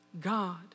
God